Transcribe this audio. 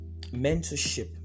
mentorship